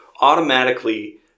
automatically